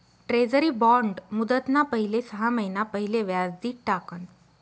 treasury bond मुदतना पहिले सहा महिना पहिले व्याज दि टाकण